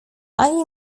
ani